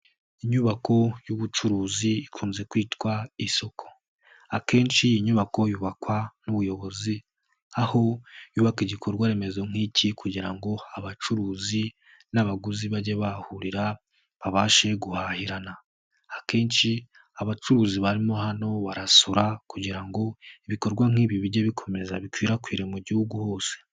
inyubako y'ubucuruzi ikunze kwitwa isuku, akenshi iyi nyubako yubakwa n'ubuyobozi, aho bubaka igikorwa remezo nk'iki kugira ngo abacuruzi n'abaguzi bajye bahurira babashe guhahirana, akenshi abacuruzi barimo hano barasura kugira ngo ibikorwa nk'ibi bijye bikomeza bikwirakwira mu gihugu hose.